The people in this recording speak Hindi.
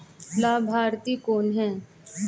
लाभार्थी कौन है?